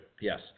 Yes